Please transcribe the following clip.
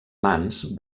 mans